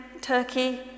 Turkey